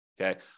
Okay